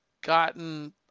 gotten